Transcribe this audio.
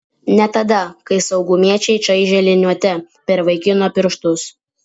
ne tada kai saugumiečiai čaižė liniuote per vaikino pirštus